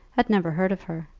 had never heard of her.